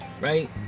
right